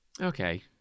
okay